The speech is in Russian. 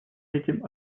этим